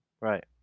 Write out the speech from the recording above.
Right